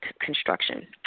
construction